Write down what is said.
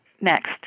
next